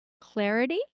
Clarity